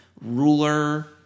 ruler